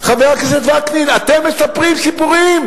חבר הכנסת וקנין, אתם מספרים סיפורים